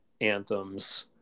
anthems